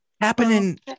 happening